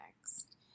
next